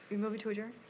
we moving to adjourn?